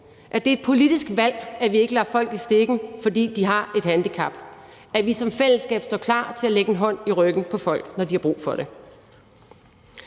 at det er et politisk valg, at vi ikke lader folk i stikken, fordi de har et handicap, at vi som fællesskab står klar til at lægge en hånd i ryggen på folk, når de har brug for det.